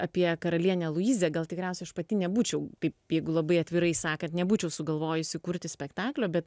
apie karalienę luizę gal tikriausiai aš pati nebūčiau taip jeigu labai atvirai sakant nebūčiau sugalvojusi kurti spektaklio bet